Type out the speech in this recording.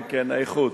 כן, כן, האיכות.